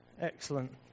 excellent